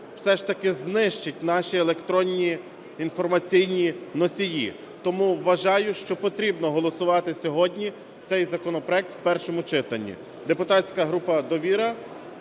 все ж таки знищить наші електронні інформаційні носії. Тому вважаю, що потрібно голосувати сьогодні цей законопроект в першому читанні. Депутатська група "Довіра"